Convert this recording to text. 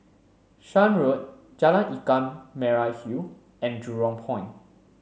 Shan Road Jalan Ikan Merah Hill and Jurong Point